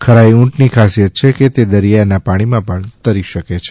ખરાઈ ઊંટ ની ખાસિયત છે કે તે દરિયા નાં પાણી માં પણ તરી શકે છે